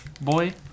Boy